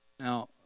Now